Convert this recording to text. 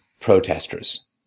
protesters